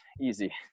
Easy